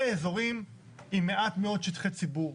אלה אזורים עם מעט מאוד שטחי ציבור,